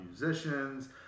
musicians